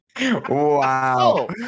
Wow